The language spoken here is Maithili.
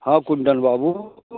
हॅं कुन्दन बाबु